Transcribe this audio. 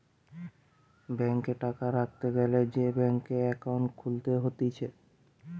ব্যাংকে টাকা রাখতে গ্যালে সে ব্যাংকে একাউন্ট খুলতে হতিছে